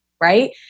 right